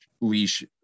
leash